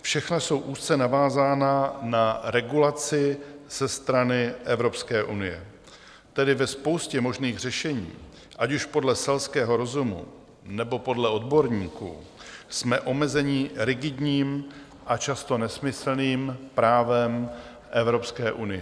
Všechna jsou úzce navázána na regulaci ze strany Evropské unie, tedy ve spoustě možných řešení, ať už podle selského rozumu, nebo podle odborníků, jsme omezeni rigidním a často nesmyslným právem Evropské unie.